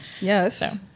Yes